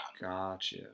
Gotcha